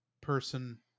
person